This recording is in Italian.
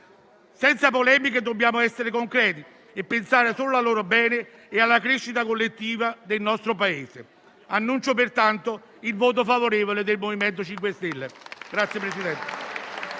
Senza polemiche, dobbiamo essere concreti e pensare solo al loro bene e alla crescita collettiva del nostro Paese. Annuncio pertanto il voto favorevole del MoVimento 5 Stelle